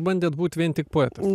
bandėt būt vien tik poetas